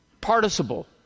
participle